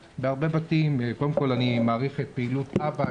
אני מעריך את פעילות א.ב.א,